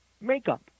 makeup